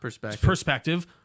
perspective